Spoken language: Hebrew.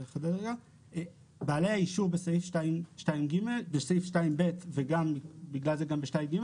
בעלי האישור בסעיף 2/ב' וגם בסעיף 2/ג',